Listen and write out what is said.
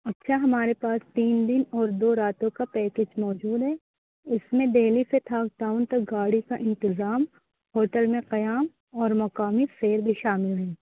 اچھا ہمارے پاس تین دن اور دو راتوں کا پیکیج موجود ہے اس میں دہلی سے تھاکڈاؤن تک گاڑی کا انتظام ہوٹل میں قیام اور مقامی فیئر بھی شامل ہیں